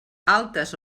altes